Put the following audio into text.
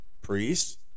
Priests